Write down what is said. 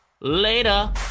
Later